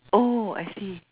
oh I see